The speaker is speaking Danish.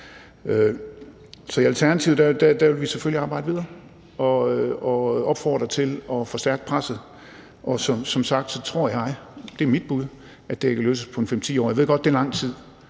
I Alternativet vil vi selvfølgelig arbejde videre og opfordrer til at forstærke presset. Som sagt tror jeg – det er mit bud – at det kan løses på 5-10 år. Jeg ved godt, at det er lang tid,